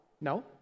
No